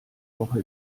woche